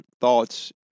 thoughts